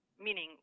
meaning